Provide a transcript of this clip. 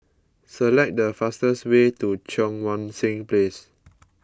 select the fastest way to Cheang Wan Seng Place